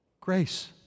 grace